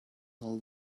all